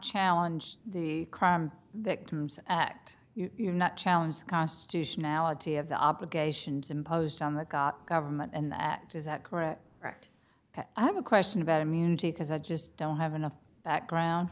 challenge the crime victims act you're not challenge the constitutionality of the obligations imposed on the got government and that is that correct correct that i have a question about immunity because i just don't have enough background